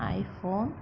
iphone